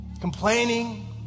complaining